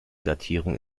datierung